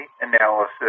analysis